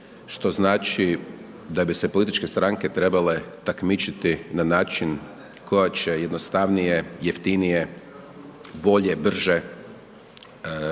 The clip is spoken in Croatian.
što znači da bi se političke stranke trebale takmičiti na način koja će jednostavnije, jeftinije, bolje, brže,